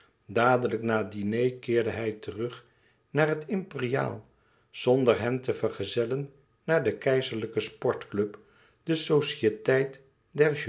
dadelijk na het diner keerde hij terug naar het imperiaal zonder hen te vergezellen naar den keizerlijken sportclub de